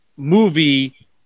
movie